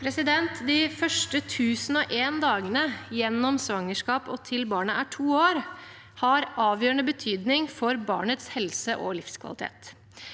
De første 1 001 dage- ne, gjennom svangerskapet og til barnet er to år, har avgjørende betydning for barnets helse og livskvalitet.